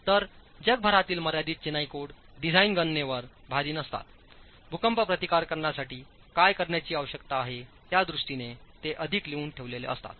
तर जगभरातील मर्यादित चिनाई कोड डिझाइन गणनेवर भारी नसतातभूकंप प्रतिकार करण्यासाठी काय करण्याची आवश्यकता आहे त्या दृष्टीनेते अधिक लिहून ठेवलेले असतात